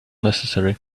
necessary